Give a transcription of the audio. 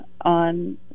on